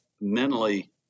mentally